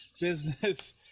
business